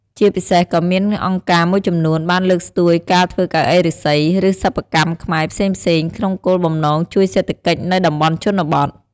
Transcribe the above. ជាពិសេសក៏មានអង្គការមួយចំនួន បានលើកស្ទួយការធ្វើកៅអីឫស្សី ឬសិប្បកម្មខ្មែរផ្សេងៗ ក្នុងគោលបំណងជួយសេដ្ឋកិច្ចនៅតំបន់ជនបទ។